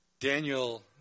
Daniel